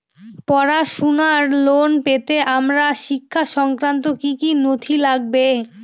পড়াশুনোর লোন পেতে আমার শিক্ষা সংক্রান্ত কি কি নথি লাগবে?